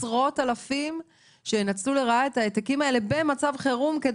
עשרות אלפים שינצלו לרעה את ההעתקים האלה במצב חירום?